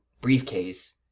briefcase